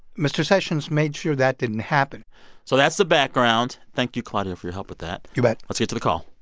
mr. sessions made sure that didn't happen so that's the background. thank you, claudio, for your help with that you bet let's get to the call.